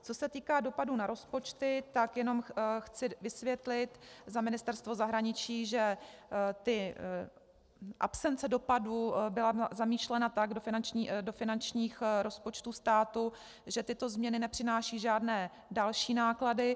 Co se týká dopadu na rozpočty, tak jenom chci vysvětlit za Ministerstvo zahraničí, že absence dopadů byla zamýšlena tak do finančních rozpočtů státu, že tyto změny nepřinášejí žádné další náklady.